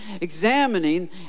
examining